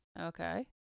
Okay